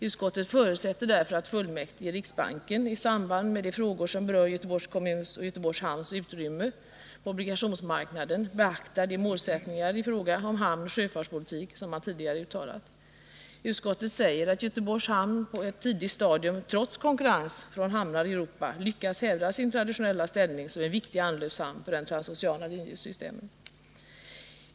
Utskottet förutsätter därför att fullmäktige i riksbanken i samband med de frågor som berör Göteborgs kommuns och Göteborgs hamns utrymme på obligationsmarknaden beaktar de målsättningar i fråga om hamnoch sjöfartspolitiken som man tidigare uttalat. Utskottet säger att Göteborgs hamn på ett tidigt stadium, trots konkurrens från hamnar i Europa, lyckats hävda sin traditionella ställning som en viktig anlöpshamn för de transoceana linjesystemen.